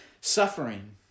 suffering